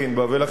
ולכן,